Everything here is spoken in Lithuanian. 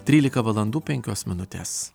trylika valandų penkios minutes